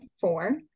four